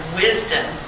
wisdom